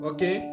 Okay